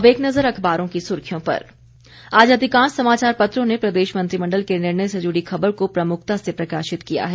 अब एक नजर अखबारों की सुर्खियों पर आज अधिकांश समाचार पत्रों ने प्रदेश मंत्रिमंडल के निर्णय से जुड़ी खबर को प्रमुखता से प्रकाशित किया है